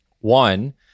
One